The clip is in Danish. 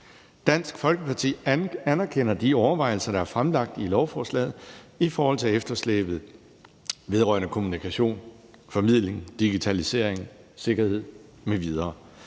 Dansk Folkeparti anerkender de overvejelser, der er fremsat i lovforslaget, i forhold til efterslæbet vedrørende kommunikation, formidling, digitalisering, sikkerhed m.v., der